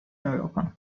europa